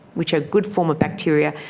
which are a good form of bacteria,